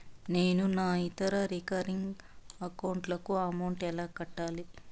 నేను నా ఇతర రికరింగ్ అకౌంట్ లకు అమౌంట్ ఎలా కట్టాలి?